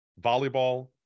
volleyball